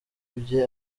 bye